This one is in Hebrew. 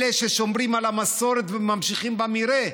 אלה ששומרים על המסורת וממשיכים במרעה,